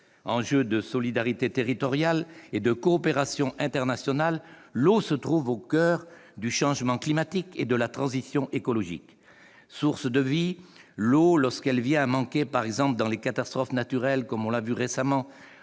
Enjeu de solidarité territoriale et de coopération internationale, l'eau se trouve au coeur du changement climatique et de la transition écologique. L'eau est une source de vie, mais, lorsqu'elle vient à manquer, par exemple lors des catastrophes naturelles- on l'a vu récemment